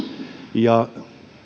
ja